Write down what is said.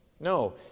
No